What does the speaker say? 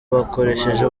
bakoresheje